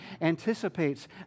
anticipates